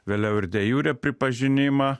vėliau ir de jure pripažinimą